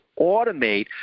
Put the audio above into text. automate